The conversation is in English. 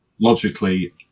logically